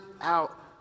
out